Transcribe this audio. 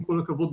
עם כל הכבוד,